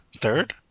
Third